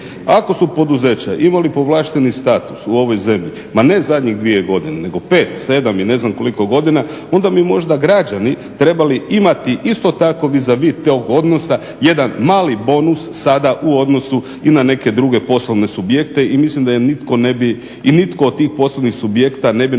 Ako su poduzeća imali povlašteni status u ovoj zemlji, ma ne zadnjih dvije godine nego 5, 7 ili ne znam koliko godina onda bi možda građani trebali imati isto tako vis a vis tog odnosa jedan mali bonus sada u odnosu i na neke druge poslovne subjekte i mislim da im nitko ne bi i nitko od tih poslovnih subjekta ne bi na takvim